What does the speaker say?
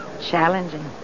Challenging